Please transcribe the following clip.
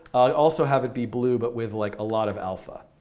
also have it be blue, but with like a lot of alpha.